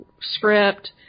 script